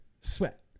Sweat